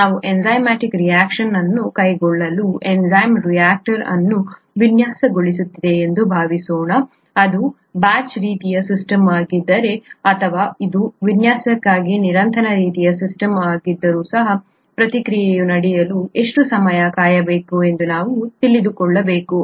ನಾವು enzymatic reaction ಅನ್ನು ಕೈಗೊಳ್ಳಲು ಎನ್ಝೈಮ್ ರಿಯಾಕ್ಟರ್ ಅನ್ನು ವಿನ್ಯಾಸಗೊಳಿಸುತ್ತಿದ್ದೇವೆ ಎಂದು ಭಾವಿಸೋಣ ಇದು ಬ್ಯಾಚ್ ರೀತಿಯ ಸಿಸ್ಟಮ್ ಆಗಿದ್ದರೆ ಅಥವಾ ಇದು ವಿನ್ಯಾಸಕ್ಕಾಗಿ ನಿರಂತರ ರೀತಿಯ ಸಿಸ್ಟಮ್ ಆಗಿದ್ದರೂ ಸಹ ಪ್ರತಿಕ್ರಿಯೆಯು ನಡೆಯಲು ಎಷ್ಟು ಸಮಯ ಕಾಯಬೇಕು ಎಂದು ನಾವು ತಿಳಿದುಕೊಳ್ಳಬೇಕು